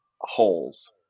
holes